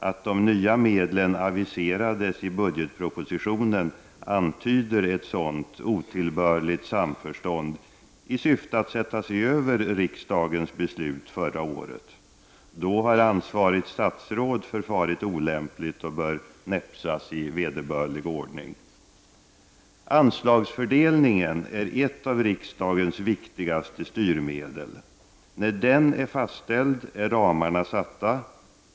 Att de nya medlen aviserades i budgetpropositionen antyder ett sådant otillbörligt samförstånd i syfte att sätta sig över riksdagens beslut förra året. Då har ansvarigt statsråd förfarit olämpligt och bör näpsas i vederbörlig ordning. Anslagsfördelningen är ett av riksdagens viktigaste styrmedel. När den är fastställd är ramarna satta.